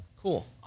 Cool